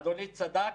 ואדוני צדק